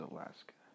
Alaska